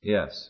Yes